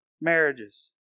marriages